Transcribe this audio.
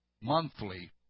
monthly